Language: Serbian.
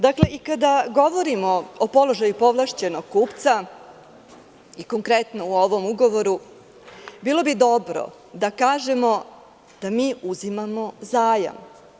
Dakle, i kada govorimo o položaju povlašćenog kupca i konkretno na ovom ugovoru bilo bi dobro da kažemo da mi uzimamo zajam.